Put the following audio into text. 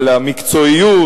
על המקצועיות,